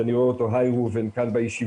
שאני רואה אותו כאן בישיבה,